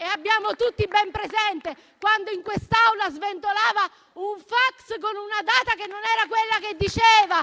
E abbiamo tutti ben presente quando in quest'Aula sventolava un fax con una data, che non era quella che diceva